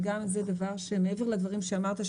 וזה דבר שמעבר לדברים שאמרת,